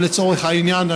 או לצורך העניין,